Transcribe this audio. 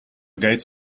gates